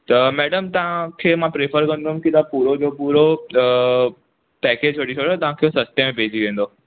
त मैडम तव्हां खे मां प्रेफ़र कंदुमि की तव्हां पूरो जो पूरो पैकेज वठी छॾियो तव्हांखे सस्ते में पएजी वेंदो